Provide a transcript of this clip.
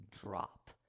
drop